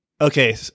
okay